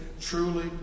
truly